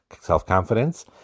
self-confidence